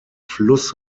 fluss